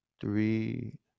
three